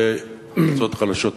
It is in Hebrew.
וקבוצות חלשות אחרות.